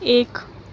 ایک